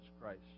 Christ